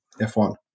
f1